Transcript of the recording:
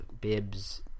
bibs